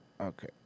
Okay